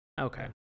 Okay